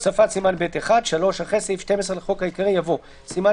הוספת סימן ב'1 3. אחרי סעיף 12 לחוק העיקרי יבוא: "סימן